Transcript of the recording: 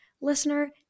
listener